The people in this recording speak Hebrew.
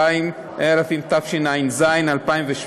22), התשע"ז 2017,